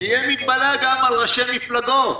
שתהיה מגבלה גם על ראשי מפלגות.